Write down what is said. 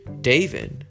David